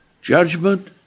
Judgment